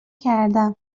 کردم